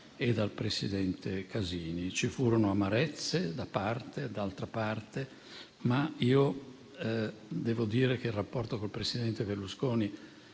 e dal presidente Casini. Ci furono amarezze da una parte e dall'altra, ma devo dire che il rapporto col presidente Berlusconi,